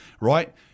right